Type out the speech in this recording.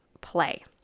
play